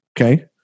okay